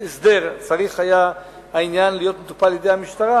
הסדר צריך היה העניין להיות מטופל על-ידי המשטרה,